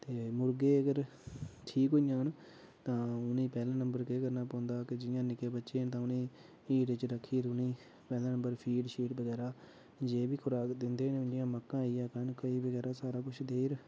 ते मुर्गे अगर ठीक होई जान तां उ'नेंगी पैह्ले नम्बर केह् करना पौंदा कि जियां निक्के बच्चे न तां उनेंगी हीट च रक्खियै उनेंगी पैह्ले नम्बर फीट शीट बगैरा जे बी खुराक दिंदे न जियां मक्का होई गेआ कनक होई बगैरा सारा कुछ देई'र